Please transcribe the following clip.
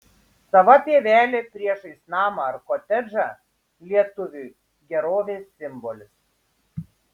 sava pievelė priešais namą ar kotedžą lietuviui gerovės simbolis